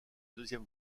deuxième